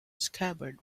scabbard